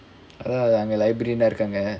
அதான் அங்க:athaan anga librarian இருக்காங்க:irukkaanga